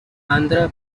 andhra